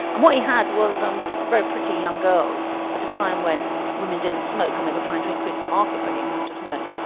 and what he had was um very pretty young girls at a time when women didn't smoke and they were trying to increase the market by getting women to smoke,